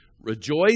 rejoice